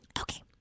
Okay